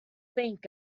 think